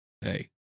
Hey